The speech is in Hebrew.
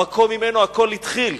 המקום שממנו הכול התחיל,